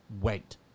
Wait